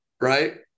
right